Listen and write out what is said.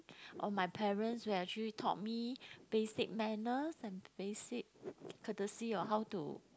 or my parents who actually taught me basic manner and basic courtesy on how to